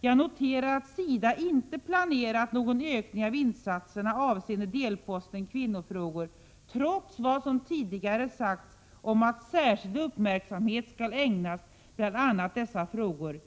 ”Jag noterar att SIDA inte har planerat någon ökning av insatserna avseende delposten kvinnofrågor trots vad som tidigare sagts om att särskild uppmärksamhet skall ägnas bl.a. åt dessa frågor.